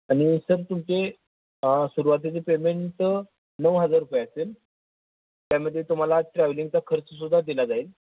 आणि सर तुमचे सुरवातीचे पेमेंट नऊ हजार रुपये असेल त्यामध्ये तुम्हाला ट्रॅव्हलिंगचा खर्च सुद्धा दिला जाईल